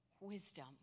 Wisdom